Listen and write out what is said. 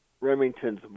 Remington's